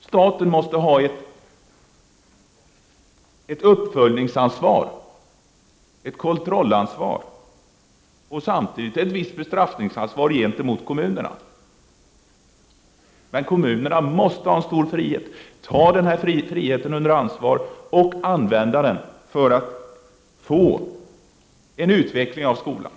Staten måste ha ett uppföljningsansvar, ett kontrollansvar och samtidigt ett visst bestraffningsansvar gentemot kommunerna. Men kommunerna måste ha en stor frihet, ta den här friheten under ansvart och använda den för att få en utveckling av skolan.